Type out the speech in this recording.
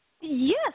Yes